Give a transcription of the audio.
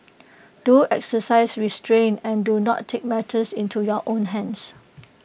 do exercise restraint and do not take matters into your own hands